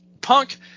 Punk